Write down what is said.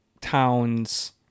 towns